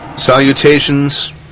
Salutations